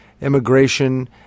immigration